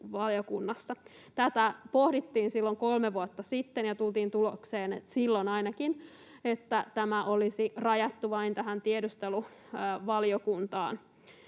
Tätä pohdittiin silloin kolme vuotta sitten ja tultiin ainakin silloin tulokseen, että tämä olisi rajattu vain tähän tiedusteluvaliokuntaan.